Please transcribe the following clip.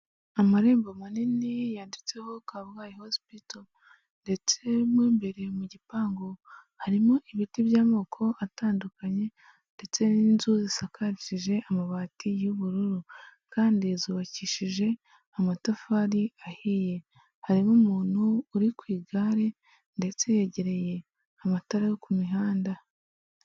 Amarembo manini yanditseho Kabgayi hospital. Ndetse mo imbere mu gipangu harimo ibiti by'amoko atandukanye ndetse n'inzu zisakarishije amabati y'ubururu. Kandi zubakishije amatafari ahiye, hari n'umuntu uri ku igare ndetse yegereye amatara yo ku mihanda.